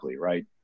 right